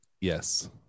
Yes